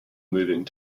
moving